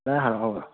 ꯂꯥꯏ ꯍꯔꯥꯎꯕ꯭ꯔꯣ